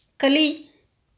ಕಲಿ